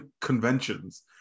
conventions